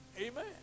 Amen